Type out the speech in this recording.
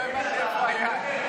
לא הבנתי איפה היד.